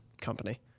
company